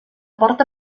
porta